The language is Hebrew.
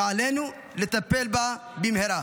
ועלינו לטפל בה במהרה.